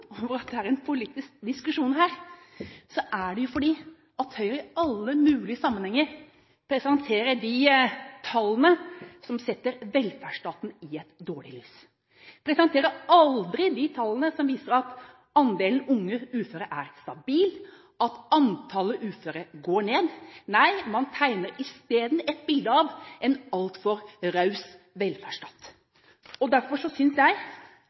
over at det er en politisk diskusjon her, er at Høyre i alle mulige sammenhenger presenterer de tallene som setter velferdsstaten i et dårlig lys. De presenterer aldri de tallene som viser at andelen unge uføre er stabil, at antallet uføre går ned. Nei, man tegner isteden et bilde av en altfor raus velferdsstat. Derfor synes jeg det er viktig at vi får en saklig diskusjon om disse spørsmålene, og jeg